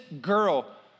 girl